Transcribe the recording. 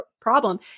problem